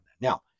now